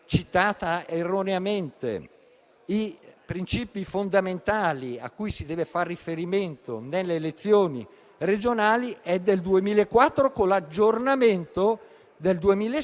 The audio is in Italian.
Questo decreto-legge secondo me non solo non si poteva fare, ma è un pericolo rispetto alla regolarità delle elezioni,